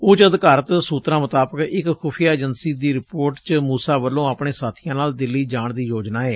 ਉੱਚ ਅਧਿਕਾਰਤ ਸੂਤਰਾਂ ਮੁਤਾਬਕ ਇਕ ਖੁਫੀਆਂ ਏਜੰਸੀ ਦੀ ਰਿਪੋਰਟ ਚ ਮੂਸਾ ਵੱਲੋ ਆਪਣੇ ਸਾਬੀਆਂ ਨਾਲ ਦਿੱਲੀ ਜਾਣ ਦੀ ਯੋਜਨਾ ਏ